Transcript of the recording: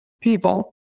people